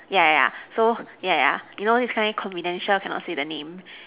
yeah yeah yeah so yeah yeah yeah you know this kind confidential cannot say the name